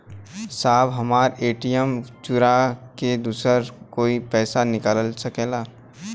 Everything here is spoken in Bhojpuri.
साहब हमार ए.टी.एम चूरा के दूसर कोई पैसा निकाल सकेला?